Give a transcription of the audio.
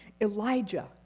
Elijah